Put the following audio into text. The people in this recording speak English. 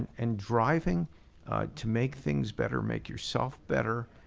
and driving to make things better. make yourself better.